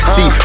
See